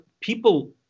people